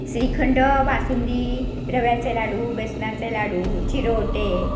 श्रीखंड बासुंदी रव्याचे लाडू बेसनाचे लाडू चिरोटे